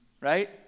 Right